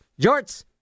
Jorts